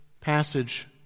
passage